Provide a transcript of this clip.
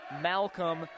Malcolm